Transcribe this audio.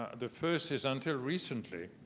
the first is until recently,